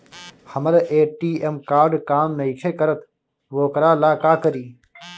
हमर ATM card काम नईखे करत वोकरा ला का करी?